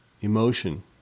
emotion